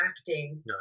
acting